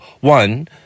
one